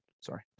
Sorry